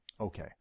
Okay